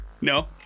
No